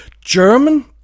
German